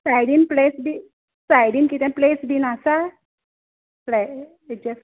सायडीन प्लेस बी सायडीन कितें प्लेस बी आसा फ्लॅ हाचे